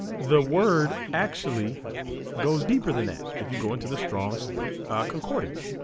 the word actually goes deeper than that if you go into the strong's concordance